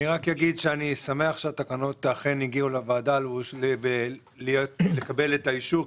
אני שמח שהתקנות אכן הגיעו לוועדה לקבלת אישור.